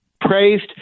praised